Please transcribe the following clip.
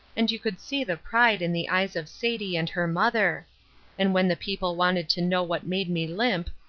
and you could see the pride in the eyes of sadie and her mother and when the people wanted to know what made me limp,